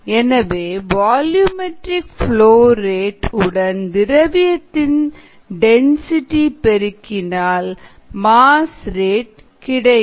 எனவே volumetric flow rate உடன் திரவியத்தின் டென்சிட்டி பெருக்கினால் மாஸ் ரேட் கிடைக்கும்